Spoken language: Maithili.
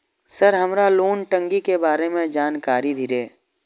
सर हमरा लोन टंगी के बारे में जान कारी धीरे?